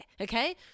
okay